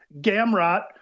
Gamrot